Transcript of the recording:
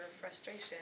frustration